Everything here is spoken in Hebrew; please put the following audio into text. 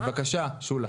בבקשה, שולה.